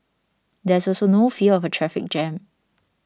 there's also no fear of a traffic jam